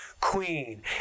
queen